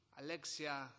Alexia